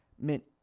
meant